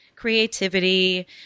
Creativity